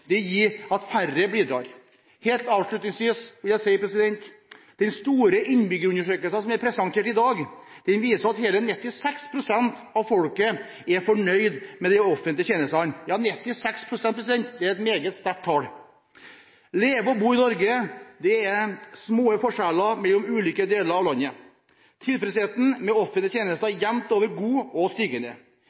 det gjør at færre bidrar. Avslutningsvis vil jeg si at den store innbyggerundersøkelsen som ble presentert i dag, viser at hele 96 pst. av folket er fornøyd med de offentlige tjenestene. 96 pst. er et meget sterkt tall. Når det gjelder å leve og bo i Norge, er det små forskjeller mellom ulike deler av landet. Tilfredsheten med offentlige tjenester er jevnt over god – og